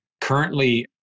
currently